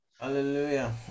Hallelujah